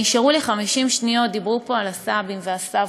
נשארו לי 50 שניות, דיברו פה על הסבים והסבתות.